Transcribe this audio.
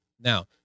Now